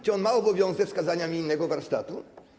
Czy on ma obowiązek wskazania mi innego warsztatu?